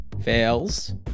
Fails